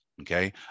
okay